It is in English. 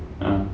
uh